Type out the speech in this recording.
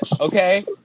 Okay